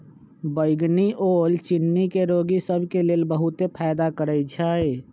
बइगनी ओल चिन्नी के रोगि सभ के लेल बहुते फायदा करै छइ